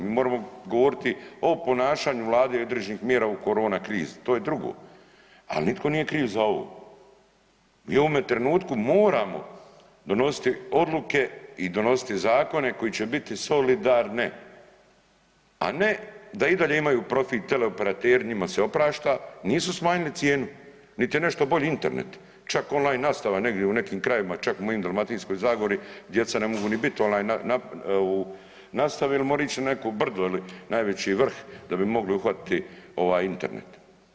Mi moremo govoriti o ponašanju Vlade i određenih mjera u korona krizi, to je drugo, ali nitko nije kriv za ovo i u ovome trenutku moramo donositi odluke i donositi zakone koji će biti so-li-dar-ne, a ne da i dalje imaju profit teleoperateri njima se oprašta, nisu smanjili cijenu niti je nešto bolji Internet, čak online nastava negdje u nekim krajevima, čak u mojoj Dalmatinskoj zagori djeca ne mogu ni biti na online nastavi jer moraju ići na neko brdo ili najveći vrh da bi mogli uhvatiti ovaj Internet.